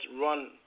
run